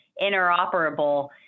interoperable